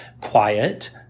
quiet